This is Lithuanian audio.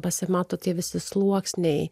pasimato tie visi sluoksniai